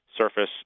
surface